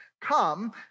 Come